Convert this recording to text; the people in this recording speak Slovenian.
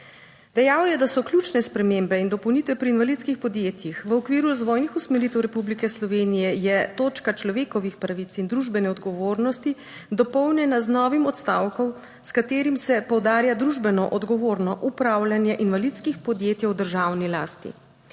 Dejal je, da so ključne spremembe in dopolnitve pri invalidskih podjetjih v okviru razvojnih usmeritev Republike Slovenije je točka človekovih pravic in družbene odgovornosti dopolnjena z novim odstavkom, s katerim se poudarja družbeno odgovorno upravljanje invalidskih podjetij v državni lasti.